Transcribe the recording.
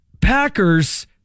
Packers